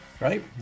right